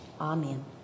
Amen